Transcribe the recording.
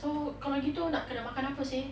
so kalau gitu nak kena makan apa seh